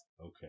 Okay